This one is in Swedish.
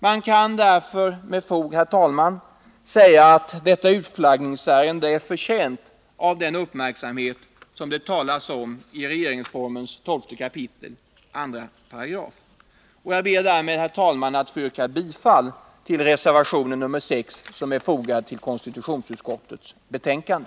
Man kan därför med fog säga att detta utflaggningsärende är förtjänt av den uppmärksamhet som det talas om i 12 kap. 2 § regeringsformen. Herr talman! Jag yrkar bifall till reservation nr 6, som är fogad till konstitutionsutskottets betänkande.